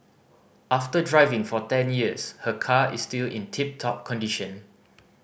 after driving for ten years her car is still in tip top condition